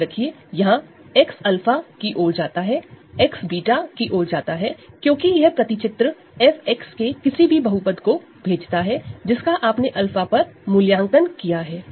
याद रखिए यहां X 𝛂 की ओर जाता है X β की ओर जाता है क्योंकि यह मैप f के किसी भी पॉलिनॉमियल को भेजता है जिसका आपने 𝛂 पर मूल्यांकन किया है